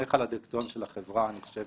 מהטעות הראשונה שלו בכלל, ותיכף